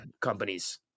companies